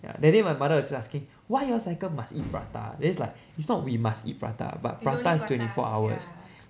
ya that day my mother also asking why you all cycle must eat prata then it's like it's not we must eat prata but prata is twenty four hours